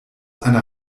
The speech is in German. einer